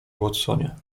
watsonie